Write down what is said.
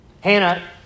Hannah